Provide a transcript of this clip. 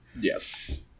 Yes